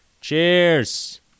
Cheers